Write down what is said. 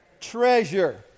Treasure